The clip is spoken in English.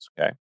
okay